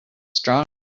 strong